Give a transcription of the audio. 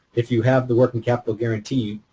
if you have the working capital guarantee,